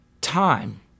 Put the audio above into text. time